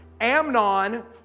Amnon